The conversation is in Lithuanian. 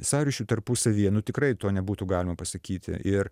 sąryšių tarpusavyje nu tikrai to nebūtų galima pasakyti ir